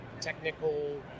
technical